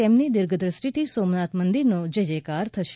તેમની દિર્ધદ્રષ્ટિથી સોમનાથ મંદિરનો જયજયકાર થશે